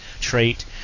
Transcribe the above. trait